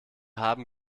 haben